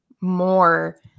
more